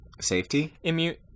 Safety